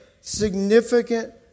significant